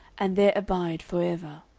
and there abide for ever.